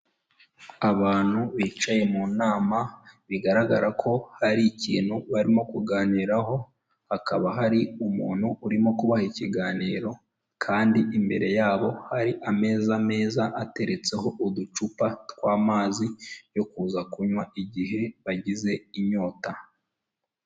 Abantu bicaye mu nama bigaragara ko hari ikintu barimo kuganiraho, hakaba hari umuntu urimo kubaha ikiganiro kandi imbere yabo hari ameza meza ateretseho uducupa twamazi yo kuza kunywa igihe bagize inyota.